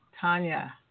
Tanya